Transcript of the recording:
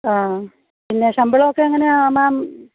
ആ പിന്നെ ശമ്പളമൊക്കെ എങ്ങനെയാ മാം